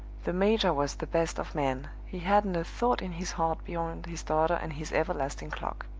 the major was the best of men he hadn't a thought in his heart beyond his daughter and his everlasting clock.